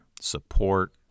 support